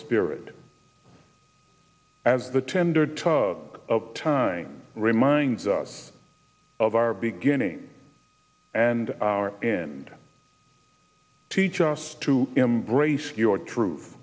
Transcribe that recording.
spirit as the tender tug of time reminds us of our beginning and our end teach us to embrace your truth